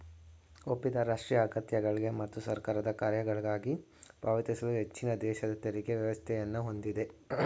ಒಪ್ಪಿದ ರಾಷ್ಟ್ರೀಯ ಅಗತ್ಯಗಳ್ಗೆ ಮತ್ತು ಸರ್ಕಾರದ ಕಾರ್ಯಗಳ್ಗಾಗಿ ಪಾವತಿಸಲು ಹೆಚ್ಚಿನದೇಶದ ತೆರಿಗೆ ವ್ಯವಸ್ಥೆಯನ್ನ ಹೊಂದಿದೆ